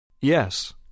Yes